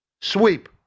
Sweep